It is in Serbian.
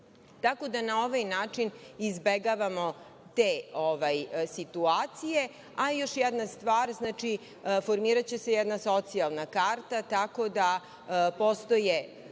Tako da na ovaj način izbegavamo te situacije. Još jedna stvar. Formiraće se jedna socijalna karta, tako da postoji